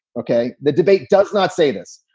ok, the debate does not say this.